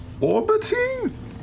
orbiting